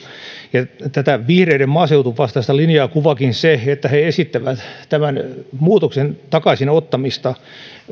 ja tätä vihreiden maaseutuvastaista linjaa kuvaakin se että he esittävät tämän muutoksen takaisin ottamista